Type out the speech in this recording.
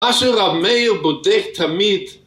אשר רמי הוא בודק תמיד